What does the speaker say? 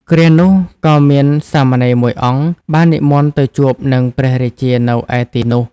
គ្រានោះ ក៏មានសាមណេរមួយអង្គ បាននិមន្តទៅជួបនឹងព្រះរាជានៅឯទីនោះ ។